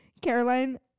Caroline